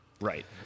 right